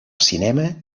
cinema